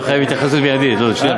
לא לא, אני חייב להתייחס מיידית, ברשותך.